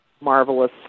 marvelous